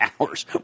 hours